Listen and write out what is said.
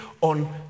on